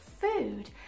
food